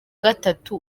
gatatu